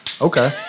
Okay